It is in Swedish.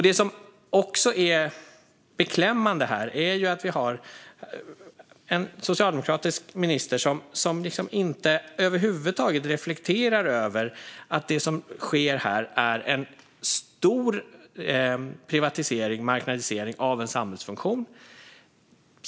Det är beklämmande att vi har en socialdemokratisk minister som inte över huvud taget reflekterar över att det som sker är en stor privatisering, marknadisering, av en samhällsfunktion.